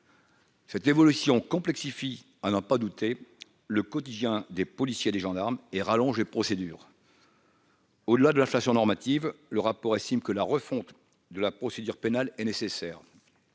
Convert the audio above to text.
Cette évolution complexifie à n'en pas douter, le quotidien des policiers, des gendarmes et procédure. Au-delà de l'inflation normative, le rapport estime que la refonte de la procédure pénale est nécessaire,